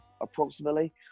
approximately